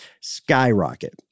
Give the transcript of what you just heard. skyrocket